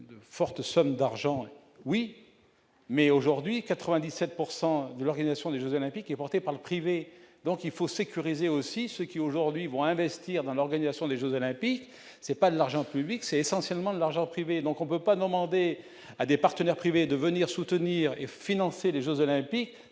de fortes sommes d'argent oui. Mais aujourd'hui 97 pourcent de l'organisation des Jeux olympiques et porté par le privé, donc il faut sécuriser aussi ceux qui aujourd'hui vont investir dans l'organisation des Jeux olympiques, c'est pas de l'argent public, c'est essentiellement de l'argent privé et donc on peut pas nos membres et à des partenaires privés de venir soutenir et financer les Jeux olympiques,